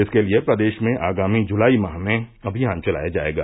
इसके लिए प्रदेश में आगामी जुलाई माह में अभियान चलाया जायेगा